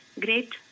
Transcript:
great